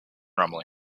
rumbling